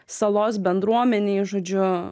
salos bendruomenei žodžiu